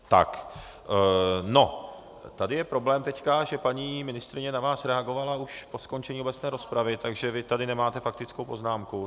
Teď je tady problém teď, že paní ministryně na vás reagovala už po skončení obecné rozpravy, takže vy tady nemáte faktickou poznámku.